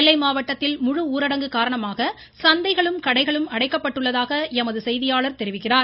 நெல்லை மாவட்டத்தில் முழு ஊரடங்கு காரணமாக சந்தைகளும் கடைகளும் அடைக்கப்பட்டுள்ளதாக எமது செய்தியாளர் தெரிவிக்கிறார்